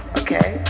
okay